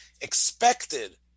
expected